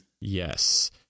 Yes